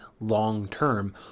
long-term